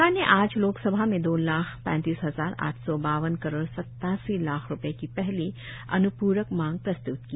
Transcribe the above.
सरकार ने आज लोकसभा में दो लाख पैंतीस हजार आठ सौ बावन करोड सत्तासी लाख रूपये की पहली अनुपूरक मांग प्रस्तुत की